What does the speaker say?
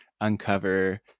uncover